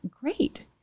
great